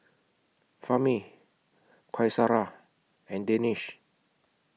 Fahmi Qaisara and Danish